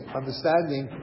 understanding